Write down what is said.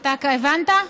אתה הבנת?